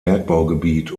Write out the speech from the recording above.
bergbaugebiet